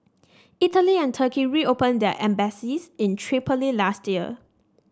Italy and Turkey reopened their embassies in Tripoli last year